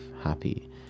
happy